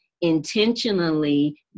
intentionally